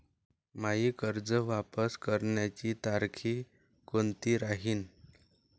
मायी कर्ज वापस करण्याची तारखी कोनती राहीन?